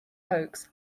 oakes